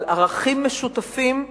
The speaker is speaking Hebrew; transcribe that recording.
על ערכים משותפים,